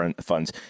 funds